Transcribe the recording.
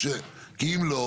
כי אם לא,